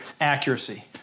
Accuracy